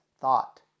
thought